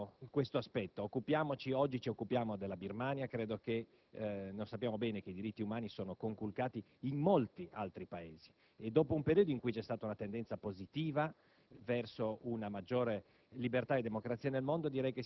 È importante sottolineare questo aspetto. Oggi ci occupiamo della Birmania: sappiamo bene, credo, che i diritti umani sono conculcati in molti altri Paesi e che, dopo un periodo in cui c'è stata una tendenza positiva